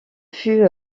fut